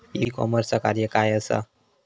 E कॉमर्सचा कार्य काय असा?